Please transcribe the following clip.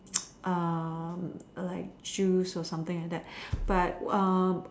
err like juice or something like what but um